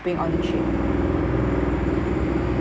bring on the trip